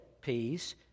peace